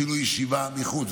עשינו ישיבה מחוץ,